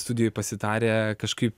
studijoj pasitarę kažkaip